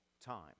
time